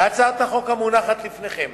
בהצעת החוק המונחת לפניכם